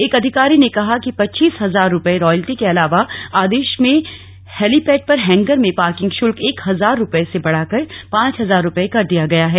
एक अधिकारी ने कहा कि पच्चीस हजार रूपये रायल्टी के अलावा आदेश में हेलीपैड पर हैंगर में पार्किंग शुल्क एक हजार रूपये से बढ़ाकर पांच हजार रूपये कर दिया गया है